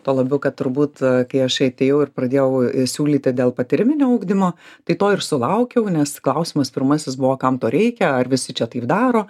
tuo labiau kad turbūt kai aš atėjau ir pradėjau siūlyti dėl patyriminio ugdymo tai to ir sulaukiau nes klausimas pirmasis buvo kam to reikia ar visi čia taip daro